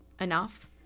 Enough